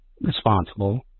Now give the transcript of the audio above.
responsible